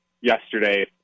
yesterday